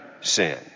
sin